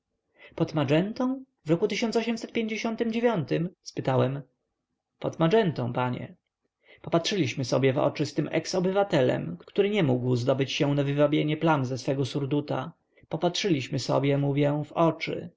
pod magentą w r spytałem pod magentą panie popatrzyliśmy sobie w oczy z tym eks-obywatelem który nie mógł zdobyć się na wywabienie plam ze swego surduta popatrzyliśmy sobie mówię w oczy